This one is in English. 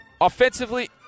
Offensively